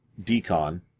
Decon